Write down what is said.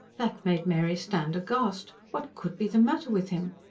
that made mary stand aghast. what could be the matter with him?